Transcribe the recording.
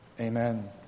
Amen